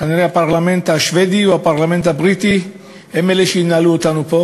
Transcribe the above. כנראה הפרלמנט השבדי או הפרלמנט הבריטי הם אלה שינהלו אותנו פה,